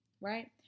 right